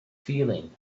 feeling